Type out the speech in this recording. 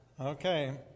Okay